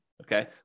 Okay